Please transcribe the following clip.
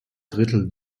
drittel